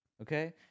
okay